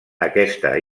aquesta